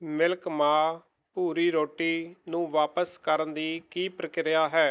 milk ਮਾ ਭੂਰੀ ਰੋਟੀ ਨੂੰ ਵਾਪਿਸ ਕਰਨ ਦੀ ਕੀ ਪ੍ਰਕਿਰਿਆ ਹੈ